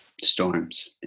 storms